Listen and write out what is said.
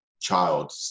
Child